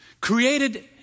created